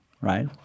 right